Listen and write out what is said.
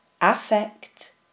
Affect